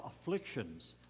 afflictions